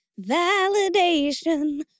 validation